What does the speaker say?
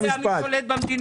תלוי איזה --- שולט במדינה.